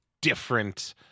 different